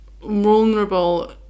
vulnerable